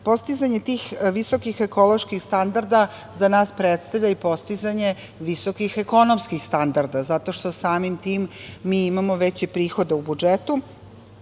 Postizanje tih visokih ekoloških standarda za nas predstavlja i postizanje visokih ekonomskih standarda, zato što samim tim, mi imamo veće prihode u budžetu,